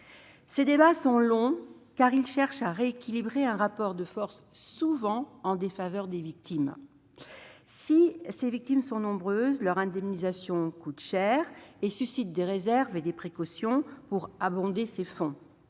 le rapport de force qu'ils cherchent à rééquilibrer est souvent en défaveur des victimes. Si ces dernières sont nombreuses, leur indemnisation coûte cher et suscite des réserves et des précautions pour abonder les fonds.